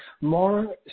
more